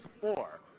four